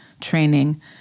training